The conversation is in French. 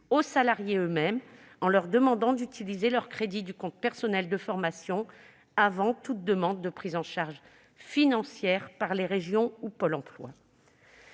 aux salariés eux-mêmes, en leur demandant d'utiliser leurs crédits du compte personnel de formation avant toute demande de prise en charge financière par les régions ou Pôle emploi.